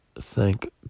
thank